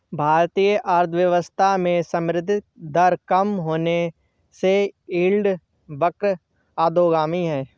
भारतीय अर्थव्यवस्था में संवृद्धि दर कम होने से यील्ड वक्र अधोगामी है